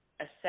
assess